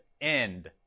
end